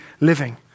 living